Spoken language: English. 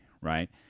Right